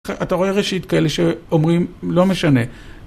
אתה רואה ראשית כאלה שאומרים לא משנה